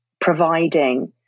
providing